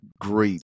great